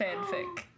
fanfic